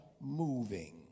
moving